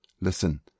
Listen